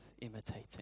imitating